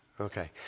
okay